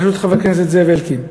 בראשות חבר הכנסת זאב אלקין.